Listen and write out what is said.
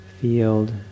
field